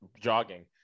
jogging